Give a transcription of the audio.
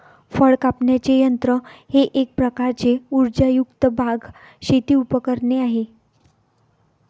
फळ कापण्याचे यंत्र हे एक प्रकारचे उर्जायुक्त बाग, शेती उपकरणे आहे